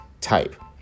type